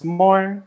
more